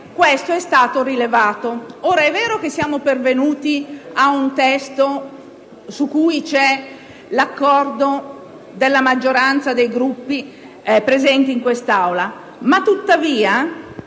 è stato rilevato. Ora, è vero che siamo pervenuti ad un testo su cui c'è l'accordo della maggioranza dei Gruppi presenti in quest'Aula, tuttavia